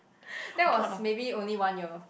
that was maybe only one year